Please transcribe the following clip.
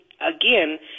again